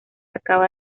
acaba